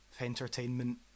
entertainment